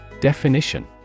Definition